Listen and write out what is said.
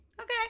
okay